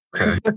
Okay